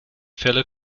felle